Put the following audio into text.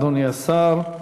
אדוני השר.